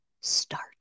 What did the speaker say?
start